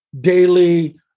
daily